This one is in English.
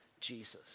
Jesus